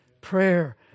Prayer